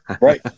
right